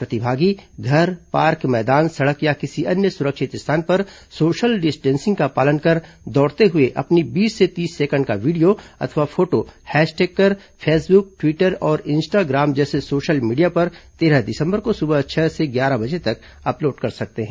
प्रतिभागी घर पार्क मैदान सड़क या किसी अन्य सुरिक्षत स्थान पर सोशल डिस्टिंसिंग का पालन कर दौड़ते हुए अपनी बीस से तीस सेकेंड का वीडियो अथवा फोटो हैशटैग कर फेसबुक ट्वीटर और इंस्टाग्राम जैसे सोशल मीडिया पर तेरह दिसंबर को सुबह छह से ग्यारह बजे तक अपलोड कर सकते हैं